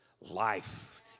life